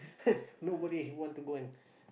nobody want to go and